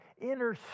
inner